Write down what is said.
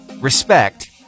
respect